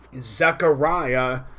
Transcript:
Zechariah